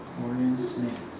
korean snacks